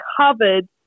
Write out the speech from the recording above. covered